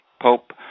Pope